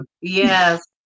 Yes